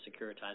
securitized